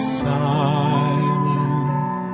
silent